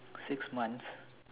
six months